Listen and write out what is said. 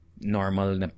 normal